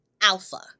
alpha